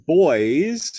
boys